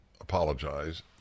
apologize